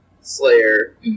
Slayer